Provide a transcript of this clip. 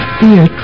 fear